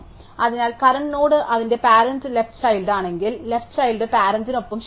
അതിനാൽ current node അതിന്റെ parent left child ആണെങ്കിൽ ലെഫ്റ് ചൈൽഡ് പാരന്റ്നൊപ്പം ശൂന്യമാണ്